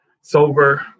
sober